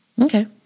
Okay